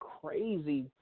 crazy